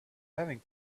having